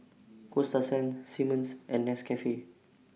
Coasta Sands Simmons and Nescafe